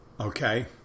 Okay